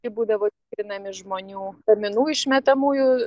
būdavo tikrinami žmonių kaminų išmetamųjų